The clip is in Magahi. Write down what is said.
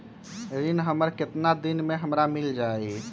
ऋण हमर केतना दिन मे हमरा मील जाई?